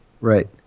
right